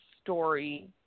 story